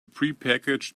prepackaged